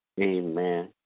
amen